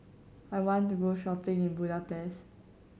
I want to go shopping in Budapest